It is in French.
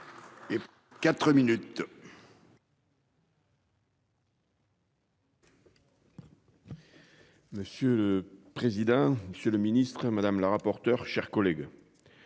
Et 4 minutes.